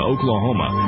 Oklahoma